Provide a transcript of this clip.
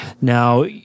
now